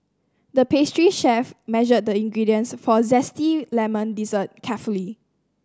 the pastry chef measured the ingredients for a zesty lemon dessert carefully